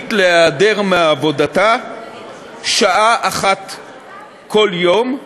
רשאית להיעדר מהעבודה שעה אחת בכל יום,